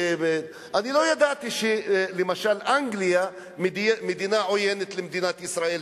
אני לא ידעתי שלמשל אנגליה מדינה עוינת למדינת ישראל,